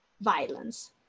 violence